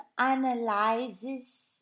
analyzes